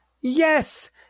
yes